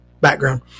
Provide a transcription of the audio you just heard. background